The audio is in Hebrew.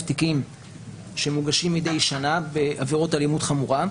תיקים שמוגשים מדי שנה בעבירות אלימות חמורה.